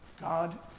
God